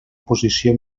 posició